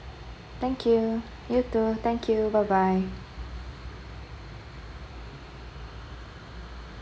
thank you you too thank you bye bye